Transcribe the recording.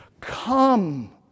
Come